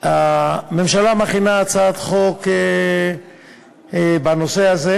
הממשלה מכינה הצעת חוק בנושא הזה,